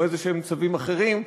או איזה צווים אחרים,